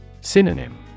Synonym